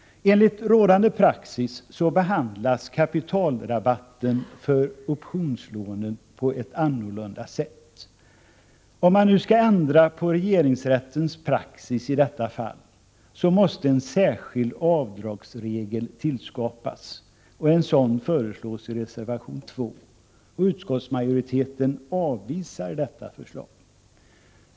Enligt rådande praxis behandlas kapitalrabatten på optionslån på ett annorlunda sätt. Om man nu skall ändra på regeringsrättens praxis i detta fall, måste en särskild avdragsregel tillskapas. En sådan föreslås i reservation 2. Utskottsmajoriteten avvisar också detta förslag.